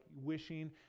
wishing